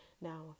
Now